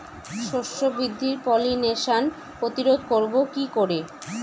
শস্য বৃদ্ধির পলিনেশান প্রতিরোধ করব কি করে?